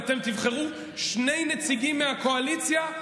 אתם תבחרו שני נציגים מהקואליציה,